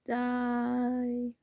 die